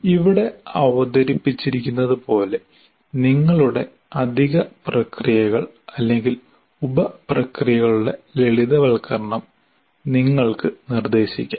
ഇവിടെ അവതരിപ്പിച്ചിരിക്കുന്നതുപോലെ നിങ്ങളുടെ അധിക പ്രക്രിയകൾ അല്ലെങ്കിൽ ഉപപ്രക്രിയകളുടെ ലളിതവൽക്കരണം നിങ്ങൾക്ക് നിർദ്ദേശിക്കാം